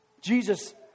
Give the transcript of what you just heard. Jesus